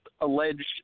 alleged